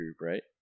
right